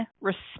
respect